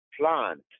plant